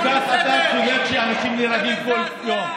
אתה כל כך צודק שאנשים נהרגים כל יום.